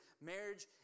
marriage